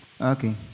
okay